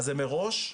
אז מראש,